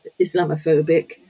Islamophobic